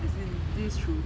as in this is true